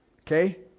Okay